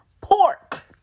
Pork